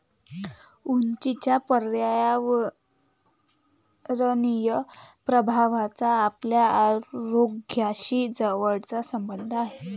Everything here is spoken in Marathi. उंचीच्या पर्यावरणीय प्रभावाचा आपल्या आरोग्याशी जवळचा संबंध आहे